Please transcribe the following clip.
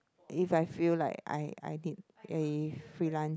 if I feel like I I need a free lunch